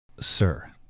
sir